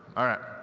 all right.